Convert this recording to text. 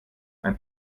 ein